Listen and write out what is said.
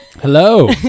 hello